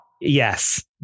Yes